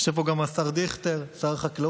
יושב פה גם השר דיכטר, שר החקלאות.